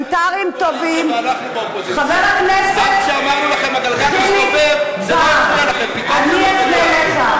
זה לא הפריע לכם כשאתם הייתם בקואליציה ואנחנו היינו באופוזיציה.